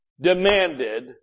demanded